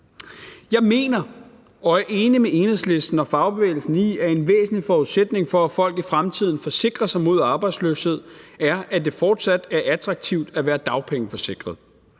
Jeg mener og er enig med Enhedslisten og fagbevægelsen i, at en væsentlig forudsætning for, at folk i fremtiden forsikrer sig mod arbejdsløshed, er, at det fortsat er attraktivt at være dagpengeforsikret.